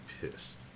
pissed